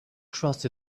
trust